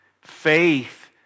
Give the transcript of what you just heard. faith